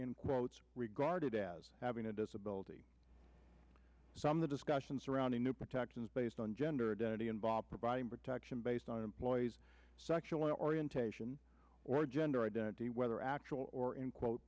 in quotes regarded as having a disability some of the discussions around the new protections based on gender identity involve providing protection based on employee's sexual orientation or gender identity whether actual or in quote